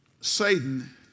Satan